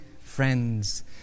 friends